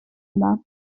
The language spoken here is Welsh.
yma